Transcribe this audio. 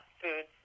food